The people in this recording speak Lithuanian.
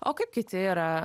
o kaip kiti yra